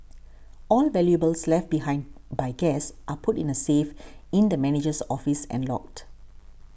all valuables left behind by guests are put in the safe in the manager's office and logged